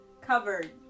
covered